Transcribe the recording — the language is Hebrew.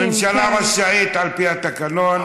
הממשלה רשאית על פי התקנון.